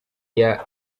iya